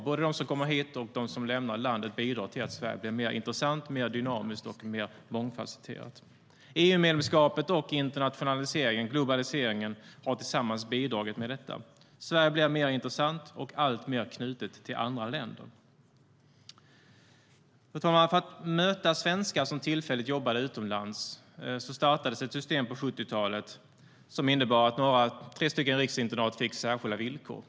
Både de som kommer hit och de som lämnar landet bidrar till att Sverige blir mer intressant, mer dynamiskt och mer mångfasetterat. Fru talman! För att möta svenskar som tillfälligt jobbade utomlands startades ett system på 70-talet som innebar att tre riksinternat fick särskilda villkor.